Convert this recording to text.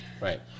Right